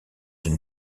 une